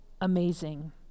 amazing